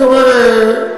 אני אומר,